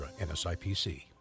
NSIPC